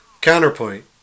Counterpoint